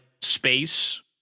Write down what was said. space